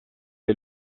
est